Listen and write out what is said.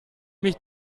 mich